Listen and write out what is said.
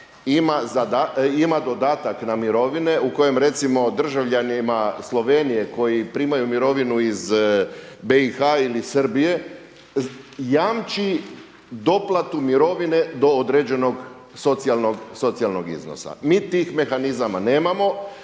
ima dodataka na mirovine u kojem recimo državljanima Slovenije koji primaju mirovinu iz BIH ili Srbije jamči doplatu mirovine do određenog socijalnog iznosa. Mi tih mehanizama nemamo,